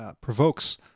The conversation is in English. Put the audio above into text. provokes